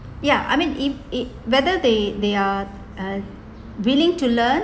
yeah I mean if it whether they they are uh willing to learn